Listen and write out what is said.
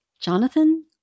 Jonathan